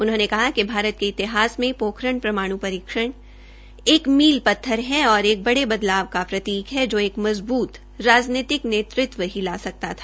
उन्होंने कहा भारत के इतिहास में पोखरण परमाण् एक मील पत्थर है और एक कि बड़े बदलाव का प्रतीक है जो एक मजबूत राजनीमिक नेतृत्व ही ला सकता था